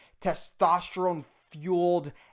testosterone-fueled